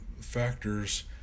factors